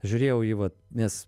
žiūrėjau jį vat nes